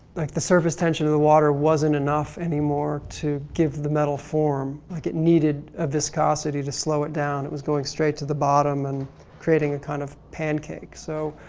like the surface tension of the water wasn't enough anymore to give the metal form like it needed a viscosity to slow it down. it was going straight to the bottom and creating a kind of pancake. so,